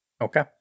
okay